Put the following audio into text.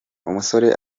umusore